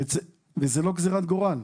וזו לא גזירת גורל,